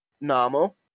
normal